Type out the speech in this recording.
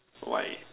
why